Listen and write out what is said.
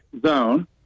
zone